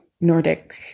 nordic